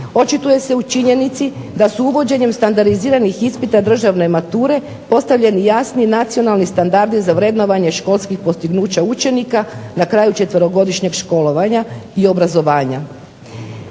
očituje se u činjenici da s uvođenjem standardiziranih ispita državne mature postavljeni jasni nacionalni standardi za vrednovanje školskih postignuća učenika na kraju 4-godišnjeg školovanja i obrazovanja.